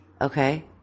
Okay